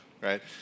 right